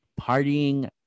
partying